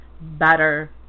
better